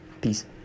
Peace